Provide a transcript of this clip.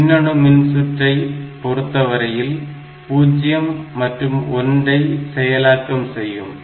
மின்னணு மின்சுற்றை பொறுத்தவரையில் 0 மற்றும் 1 ஐ செயலாக்கம் செய்யும்